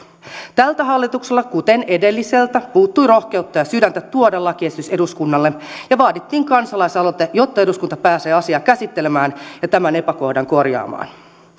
tältä hallitukselta kuten edelliseltä puuttui rohkeutta ja sydäntä tuoda lakiesitys eduskunnalle ja vaadittiin kansalaisaloite jotta eduskunta pääsee asiaa käsittelemään ja tämän epäkohdan korjaamaan